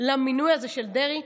למינוי הזה של דרעי,